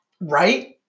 Right